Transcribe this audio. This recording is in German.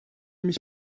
mich